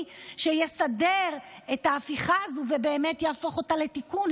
שיסדר את ההפיכה הזו ובאמת יהפוך אותה לתיקון,